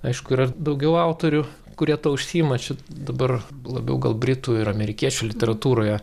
aišku yra ir daugiau autorių kurie tuo užsiima čia dabar labiau gal britų ir amerikiečių literatūroje